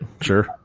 Sure